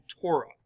Torah